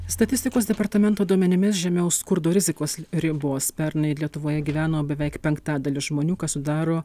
statistikos departamento duomenimis žemiau skurdo rizikos ribos pernai lietuvoje gyveno beveik penktadalis žmonių kas sudaro